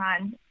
on